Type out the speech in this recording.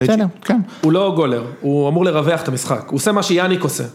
הוא לא גולר, הוא אמור לרווח את המשחק, הוא עושה מה שיאניק עושה